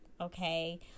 okay